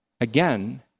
Again